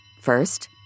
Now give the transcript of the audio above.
First